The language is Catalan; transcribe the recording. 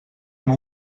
amb